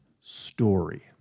story